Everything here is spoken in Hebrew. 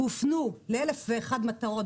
הופנו לאלף ואחד מטרות,